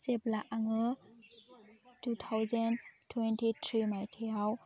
जेब्ला आङो two thousand twenty three मायथाइआव